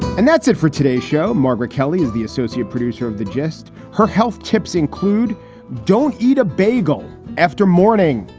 and that's it for today show, margaret kelly is the associate producer of the gist. her health tips include don't eat a bagel after morning,